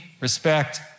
respect